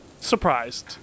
surprised